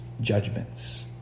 judgments